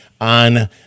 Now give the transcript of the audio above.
on